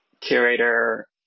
curator